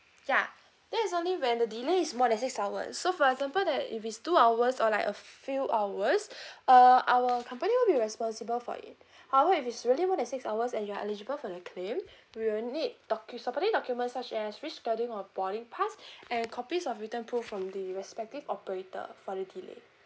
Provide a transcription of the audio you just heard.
ya there is only when the delay is more than six hours so for example that if it's two hours or like a few hours uh our company won't be responsible for it however if it's really more than six hours and you are eligible for the claim we will need docum~ supporting documents such as rescheduling or boarding pass and copies of written prove from the respective operator for the delay